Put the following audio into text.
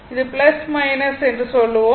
இது சொல்லுவோம்